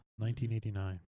1989